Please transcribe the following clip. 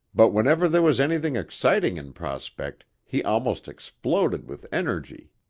but whenever there was anything exciting in prospect, he almost exploded with energy.